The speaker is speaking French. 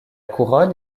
couronne